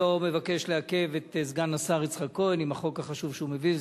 לא מבקש לעכב את סגן השר יצחק כהן עם החוק החשוב שהוא מביא,